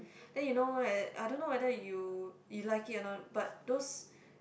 then you know right I don't know whether you you like it or not but those